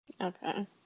Okay